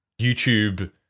YouTube